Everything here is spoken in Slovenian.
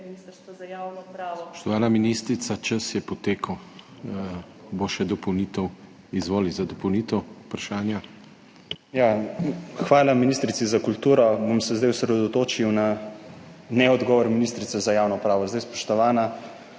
Hvala. Še ministrica za kulturo